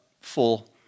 full